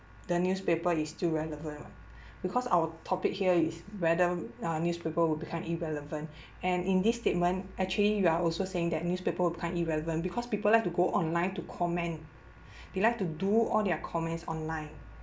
the newspaper is still relevant because our topic here is whether uh newspaper will become irrelevant and in this statement actually you are also saying that newspapers will become irrelevant because people like to go online to comment they like to do all their comments online